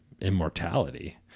immortality